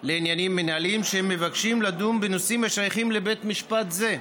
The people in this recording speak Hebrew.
לעניינים מינהליים כשהם מבקשים לדון בנושאים השייכים לבית משפט זה,